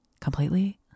completely